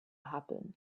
happen